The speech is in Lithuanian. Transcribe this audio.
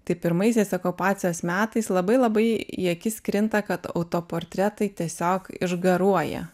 tai pirmaisiais okupacijos metais labai labai į akis krinta kad autoportretai tiesiog išgaruoja